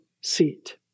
seat